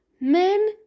Men